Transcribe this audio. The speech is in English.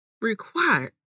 required